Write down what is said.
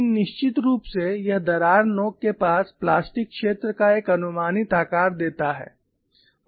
लेकिन निश्चित रूप से यह दरार नोक के पास प्लास्टिक क्षेत्र का एक अनुमानित आकार देता है